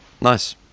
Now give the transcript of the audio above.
Nice